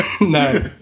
No